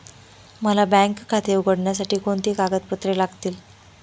मला बँक खाते उघडण्यासाठी कोणती कागदपत्रे लागतील?